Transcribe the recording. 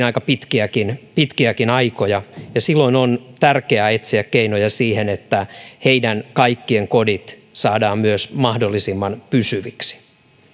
aika pitkiäkin pitkiäkin aikoja ja silloin on tärkeää etsiä keinoja siihen että heidän kaikkien kodit saadaan myös mahdollisimman pysyviksi